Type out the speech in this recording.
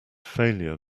failure